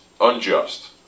unjust